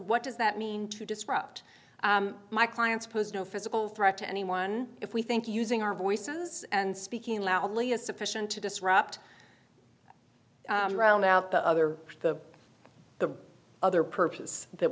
what does that mean to disrupt my client's posed no physical threat to anyone if we think using our voices and speaking loudly is sufficient to disrupt round out the other to the other purpose that